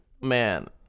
man